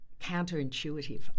counterintuitive